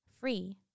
free